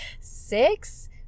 six